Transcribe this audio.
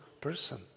person